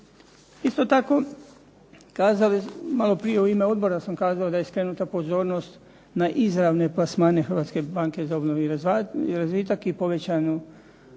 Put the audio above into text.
Isto tako, malo prije u ime odbora sam kazao da je skrenuta pozornost na izravne plasmane Hrvatske banke za obnovu i razvitak i povećanu